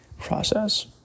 process